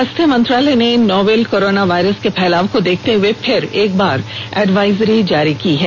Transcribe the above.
स्वास्थ्य मंत्रालय ने नोवल कोरोना वायरस के फैलाव को देखते हुए फिर एक बार एडवाइजरी जारी की है